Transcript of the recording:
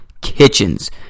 Kitchens